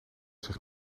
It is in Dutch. zich